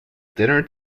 dinner